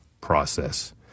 process